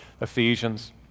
Ephesians